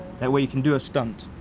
that way you can do a stunt.